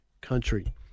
Country